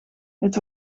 het